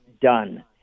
done